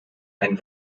ein